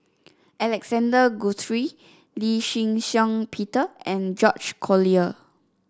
Alexander Guthrie Lee Shih Shiong Peter and George Collyer